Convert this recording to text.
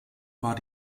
war